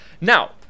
Now